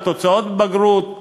על תוצאות בגרות,